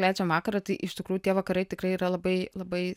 leidžiam vakarą tai iš tikrųjų tie vakarai tikrai yra labai labai